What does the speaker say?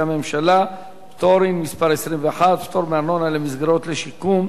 הממשלה (פטורין) (מס' 21) (פטור מארנונה למסגרות לשיקום,